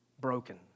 broken